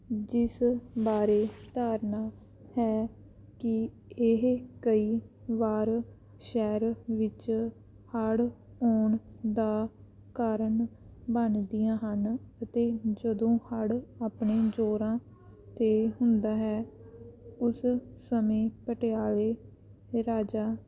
ਜਿਸ ਬਾਰੇ ਧਾਰਨਾ ਹੈ ਕਿ ਇਹ ਕਈ ਵਾਰ ਸ਼ਹਿਰ ਵਿੱਚ ਹੜ੍ਹ ਆਉਣ ਦਾ ਕਾਰਣ ਬਣਦੀਆਂ ਹਨ ਅਤੇ ਜਦੋਂ ਹੜ੍ਹ ਆਪਣੇ ਜੋਰਾਂ 'ਤੇ ਹੁੰਦਾ ਹੈ ਉਸ ਸਮੇਂ ਪਟਿਆਲੇ ਰਾਜਾ